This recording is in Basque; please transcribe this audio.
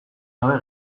gabe